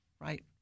right